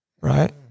right